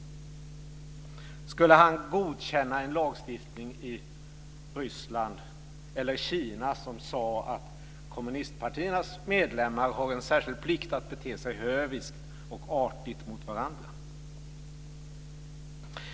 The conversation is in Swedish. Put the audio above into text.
Skulle han godkänna en lagstiftning i Ryssland eller Kina som sade att kommunistpartiernas medlemmar har en särskild plikt att bete sig höviskt och artigt mot varandra?